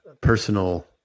personal